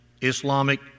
Islamic